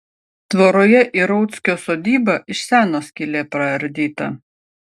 tvoroje į rauckio sodybą iš seno skylė praardyta